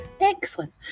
Excellent